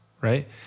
right